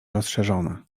rozszerzone